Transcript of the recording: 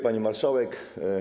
Pani Marszałek!